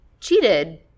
cheated